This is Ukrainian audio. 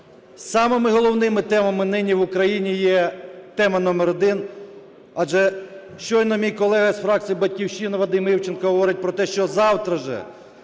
самими головними темами нині в Україні є тема номер один. Адже щойно мій колега з фракції "Батьківщина" Вадим Івченко говорить про те, що завтра за